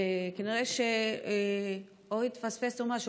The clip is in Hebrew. וכנראה שהתפספס או משהו.